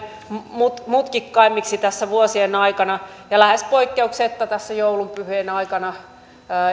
mutkikkaammiksi tässä vuosien aikana ja lähes poikkeuksetta tässä joulun pyhien aikana